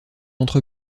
entre